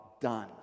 done